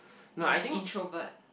you're an introvert